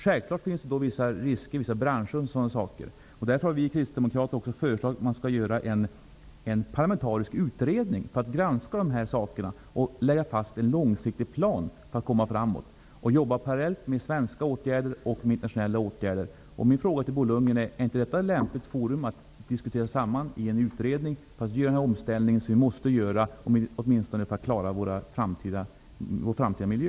Självfallet finns det vissa risker för exempelvis vissa branscher, och därför har vi kristdemokrater också föreslagit att man skall göra en parlamentarisk utredning för att granska de här frågorna och lägga fast en långsiktig plan för hur vi skall komma framåt och jobba parallellt med svenska åtgärder och internationella åtgärder. Min fråga till Bo Lundgren är: Är inte en utredning ett lämpligt forum för att diskutera sig samman om den omställning som vi måste göra åtminstone för att klara vår framtida miljö?